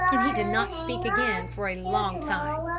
and he did not speak again for a long time.